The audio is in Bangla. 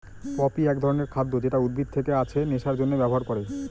পপি এক ধরনের খাদ্য যেটা উদ্ভিদ থেকে আছে নেশার জন্যে ব্যবহার করে